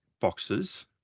boxes